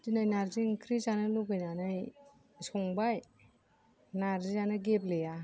दिनै नारजि ओंख्रि जानो लुबैनानै संबाय नारजियानो गेब्लेया